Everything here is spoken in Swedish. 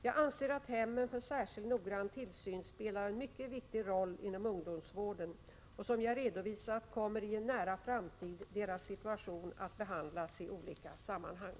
Jag anser att hemmen för särskilt noggrann tillsyn spelar en mycket viktig roll inom ungdomsvården, och som jag redovisat kommer deras situation i en nära framtid att behandlas i olika sammanhang.